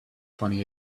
funny